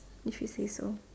if you say so